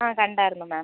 ആ കണ്ടായിരുന്നു മാം